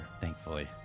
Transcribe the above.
thankfully